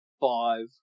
five